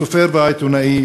הסופר והעיתונאי,